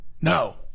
No